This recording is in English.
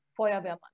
Feuerwehrmann